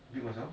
build myself